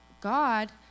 god